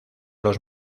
los